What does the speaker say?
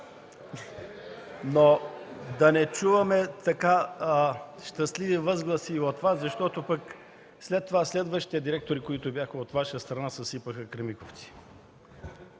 Но да не чуваме щастливи възгласи и от Вас, защото следващите директори, които бяха от Ваша страна, съсипаха „Кремиковци”.